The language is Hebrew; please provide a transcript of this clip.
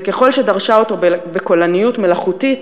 וככל שדרשה אותו בקולניות מלאכותית,